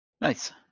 Nice